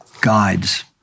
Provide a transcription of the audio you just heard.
guides